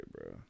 bro